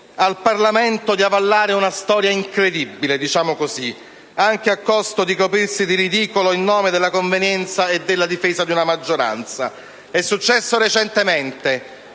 al Parlamento di avallare una storia incredibile - diciamo così - anche a costo di coprirsi di ridicolo in nome della convenienza e della difesa di una maggioranza. È successo recentemente